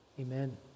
Amen